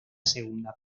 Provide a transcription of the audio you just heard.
segunda